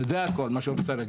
וזה כל מה שרציתי להגיד.